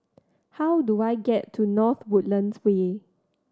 how do I get to North Woodlands Way